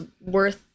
worth